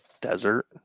desert